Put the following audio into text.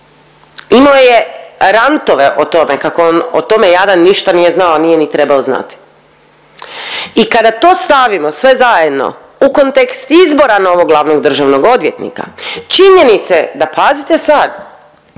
Imao je rantove o tome kako on o tome jadan ništa nije znao, a nije ni trebao znati. I kada to stavimo sve zajedno u kontekst izbora novog glavnog državnog odvjetnika činjenica je da pazite sad,